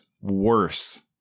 worse